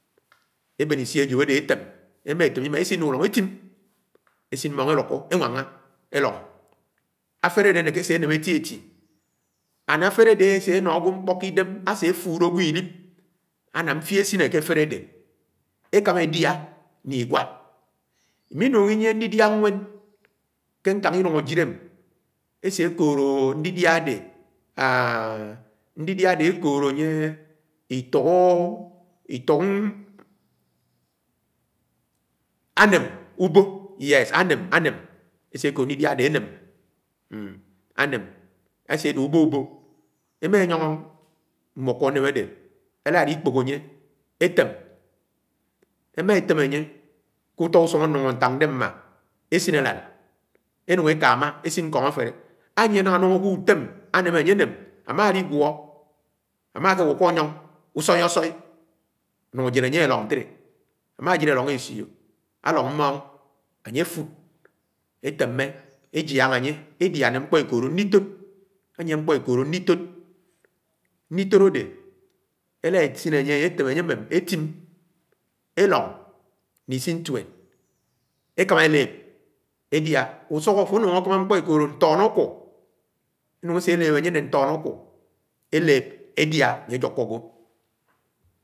Ebém ịsị ajop ade etem, emá etém imáa esin ke ùlúñg etim mmóng elúkọ enwanga elóng, afélé ade aseno ágwo nkpo ki-idem afulo agwo ilib. Ana mfo asine ke afele ade eti eti, ékámá edia ne ịgwa. Iminung inyie ñdidia ñwen ke nkáng ilúng ajid esekood ndidia adé anna ñdidia ekood. anye itúk aném yes ùbo esékóod ndidia áném, asedé ubóbobó emaenyọ́ngọ nmáko áném adé ela elikpọ́k anye etem enia etem anye ke utọ usúng anúng ntándé mma esiń àlán enúng ekáma esiń ñkong aféle ányié náñga anúng awu utém aném ánye aném, ámá aligwo, ámá akwụkwọ anyong usoiqusd ámá ajed alóng ke esio alang mmong anye afud eteme ejiaña anye edia ne nkpo ekoódo ññitóod, anyie nkpo ekoodo nnitood, ññitóod ade ela esin anye eten anye amem etim, elong ne isi ñtuén ékámá eleb edia ùsúkú afó anúng akámá ñkpo ekóode ñtónakúo, enúng ese eloh anye ne ntonakuo eleb edia anye ajuku agwo.